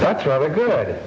that's good